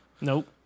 nope